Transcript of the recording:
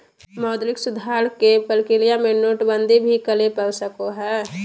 मौद्रिक सुधार के प्रक्रिया में नोटबंदी भी करे पड़ सको हय